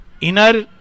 Inner